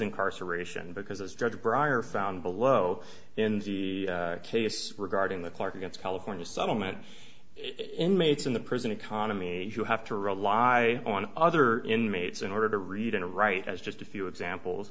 incarceration because as dr brier found below in the case regarding the clark against california supplement inmates in the prison economy you have to rely on other inmates in order to read and write as just a few examples